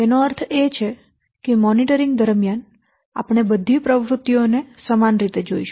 તેનો અર્થ એ કે મોનિટરિંગ દરમિયાન આપણે બધી પ્રવૃત્તિઓનો સમાન રીતે જોઈશું